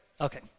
Okay